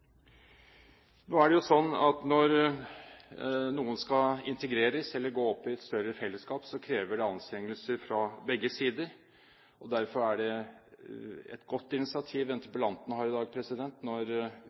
Når noen skal integreres eller gå inn i et større fellesskap, kreves det anstrengelser fra begge sider. Derfor er det et godt initiativ interpellanten har tatt i dag, når